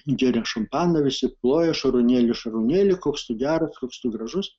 gerė šampaną visi plojo šarūnėli šarūnėli koks tu geras koks tu gražus